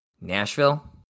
Nashville